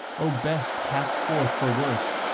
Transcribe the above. o best cast forth for worst,